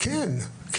כן.